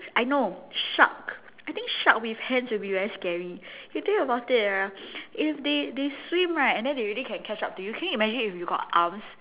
I know shark I think shark with hands will be very scary you think about it ah if they they they swim right and they really can catch up to you can you imagine if you got arms